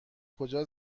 کجا